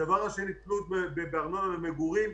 הדבר השני: תלות בארנונה למגורים.